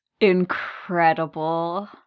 Incredible